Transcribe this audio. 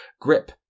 grip